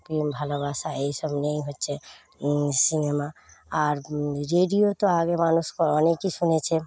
প্রেম ভালোবাসা এইসব নিয়েই হচ্ছে সিনেমা আর রেডিয়ো তো আগে মানুষ অনেকই শুনেছে